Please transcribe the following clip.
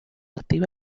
activa